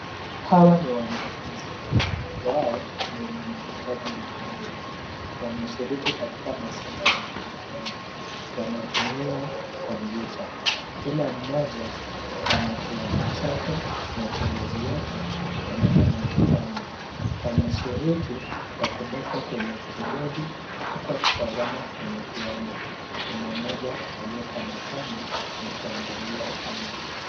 Hawa ni wanafunzi, wao ni wenye mahitaji maalum. Wanashiriki katika masomo ya mtandaoni, wanatumia kompyuta, kila mmoja ana kiwambo chake na kibodi yake pamoja na kipanya. Wanashiriki kwa kubofya kwenye kibodi huku wakitazama kwenye kiwambo. Kuna mmoja aliyetabasamu na kuangalia kando.